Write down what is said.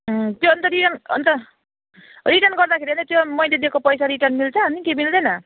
उम् त्यो अन्त रिटर्न अन्त रिटर्न गर्दाखेरि अन्त त्यो मैले दिएको पैसा रिटर्न मिल्छ अनि कि मिल्दैन